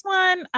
one